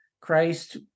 christ